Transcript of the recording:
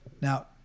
Now